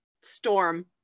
storm